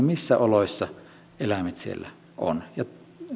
missä oloissa eläimet siellä ovat ja